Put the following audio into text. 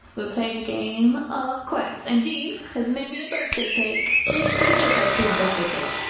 we're playing a game of quacks and jean has made me a birthday cake let's see the birthday cake!